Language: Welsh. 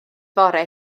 fore